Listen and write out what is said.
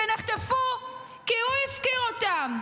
הם נחטפו כי הוא הפקיר אותם,